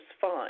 fine